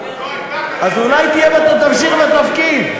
אז אולי תמשיך בתפקיד.